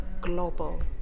global